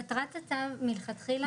מטרת הצו מלכתחילה,